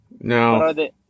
No